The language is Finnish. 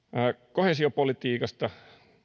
koheesiopolitiikasta